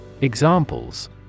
Examples